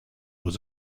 was